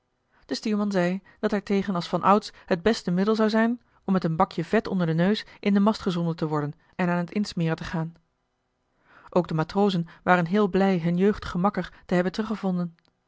de stuurman zei dat daartegen als van ouds het beste middel zou zijn om met een bakje vet onder joh h been paddeltje de scheepsjongen van michiel de ruijter den neus in den mast gezonden te worden en aan het insmeren te gaan ook de matrozen waren heel blij hun jeugdigen makker te hebben